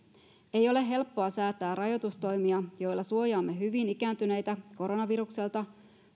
ei ole helppoa säätää rajoitustoimia joilla suojaamme hyvin ikääntyneitä koronavirukselta